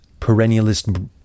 perennialist